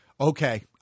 okay